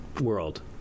world